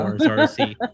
RC